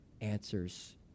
answers